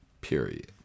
Period